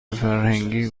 فرهنگی